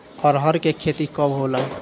अरहर के खेती कब होला?